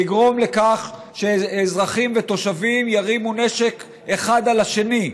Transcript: לגרום לכך שאזרחים ותושבים ירימו נשק אחד על השני.